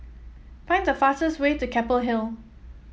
find the fastest way to Keppel Hill